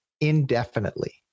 indefinitely